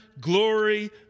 glory